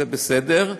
זה בסדר.